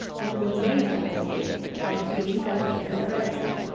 and when you raise that stick, by degrees as before directed,